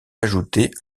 ajoutés